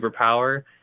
superpower